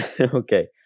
Okay